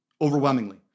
overwhelmingly